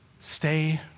stay